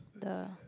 the